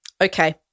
Okay